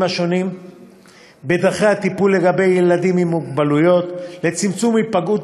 השונים בדרכי הטיפול בילדים עם מוגבלות לצמצום היפגעות